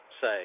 say